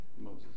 Moses